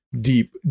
Deep